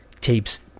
tapes